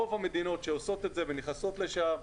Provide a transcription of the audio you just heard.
רוב המדינות שעושות את זה ונכנסות לשם,